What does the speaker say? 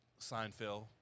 Seinfeld